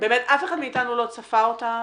באמת אף אחד מאיתנו לא צפה אותה.